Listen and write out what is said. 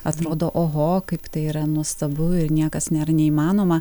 atrodo oho kaip tai yra nuostabu ir niekas nėra neįmanoma